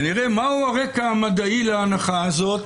ונראה מהו הרקע המדעי להנחה הזאת.